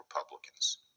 Republicans